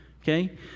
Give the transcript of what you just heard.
Okay